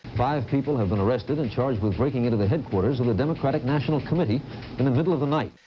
five people have been arrested and charged with breaking into the headquarters of the democratic national committee in the middle of the night.